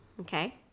Okay